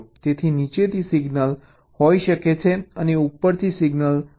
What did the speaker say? તેથી નીચેથી signal signal હોઈ શકે છે અને ઉપરથી સિગ્નલ સોટ હોઈ શકે છે